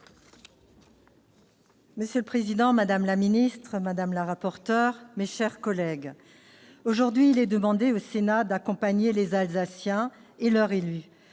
Monsieur le président, madame la ministre, madame la rapporteure, mes chers collègues, aujourd'hui, il est demandé au Sénat d'accompagner les Alsaciens et leurs élus